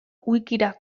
wikira